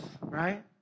right